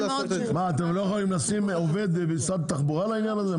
אתם לא יכולים לשים עובד במשרד התחבורה לעניין הזה?